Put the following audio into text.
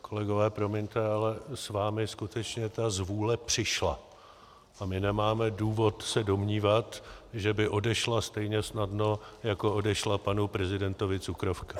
Kolegové, promiňte, ale s vámi skutečně ta zvůle přišla a my nemáme důvod se domnívat, že by odešla stejně snadno, jako odešla panu prezidentovi cukrovka.